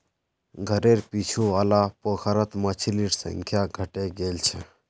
घरेर पीछू वाला पोखरत मछलिर संख्या घटे गेल छ